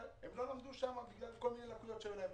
הם לא למדו בגלל כל מיני לקויות שהיו להם.